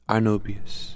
Arnobius